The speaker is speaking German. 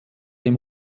dem